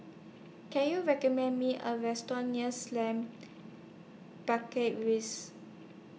Can YOU recommend Me A Restaurant near Slim Barracks Rise